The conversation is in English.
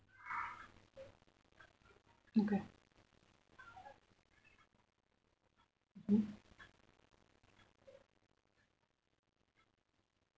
okay mmhmm